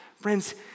Friends